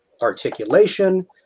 articulation